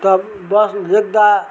त बस लेख्दा